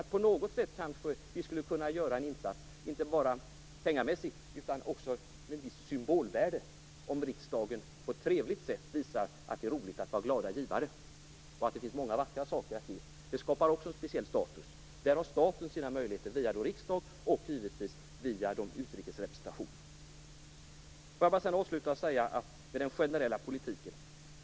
Men på något sätt skulle vi kanske göra en insats, inte bara pengamässigt utan också på ett sådant sätt att det blir ett visst symbolvärde om riksdagen på ett trevligt sätt visar att det är roligt att vara en glad givare och att det finns många vackra saker att ge. Det skapar också en speciell status. Där har staten möjligheter via riksdagen och, givetvis, via utrikes representationer. Avslutningsvis några ord om den generella politiken.